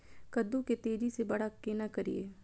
कद्दू के तेजी से बड़ा केना करिए?